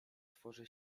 tworzy